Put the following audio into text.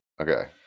Okay